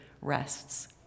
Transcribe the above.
rests